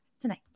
tonight